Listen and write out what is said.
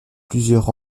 plusieurs